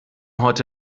heute